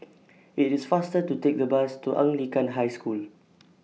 IT IS faster to Take The Bus to Anglican High School